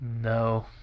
No